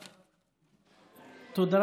תודה.